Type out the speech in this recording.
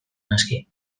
naski